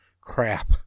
Crap